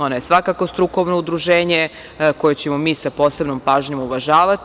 Ona je svakako strukovno udruženje koje ćemo mi sa posebnom pažnjom uvažavati.